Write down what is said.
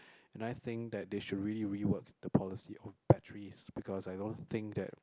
and I think that they should really rework the policy of batteries because I don't think that